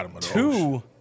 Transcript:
two